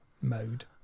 mode